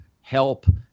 help